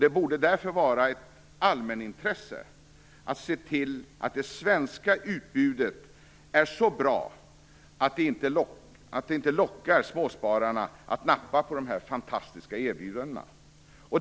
Det borde därför vara ett allmänintresse att se till att det svenska utbudet är så bra att småspararna inte lockas att nappa på de fantastiska erbjudandena.